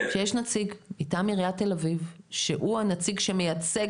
שיש נציג מטעם עירית תל אביב שהוא הנציג שמייצג